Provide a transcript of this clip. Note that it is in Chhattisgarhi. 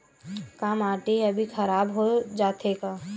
का माटी ह भी खराब हो जाथे का?